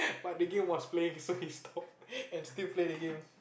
but the game was playing so he stopped and still play the game